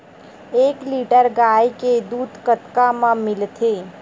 एक लीटर गाय के दुध कतका म मिलथे?